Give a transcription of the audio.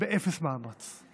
באפס מאמץ.